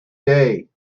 day